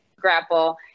grapple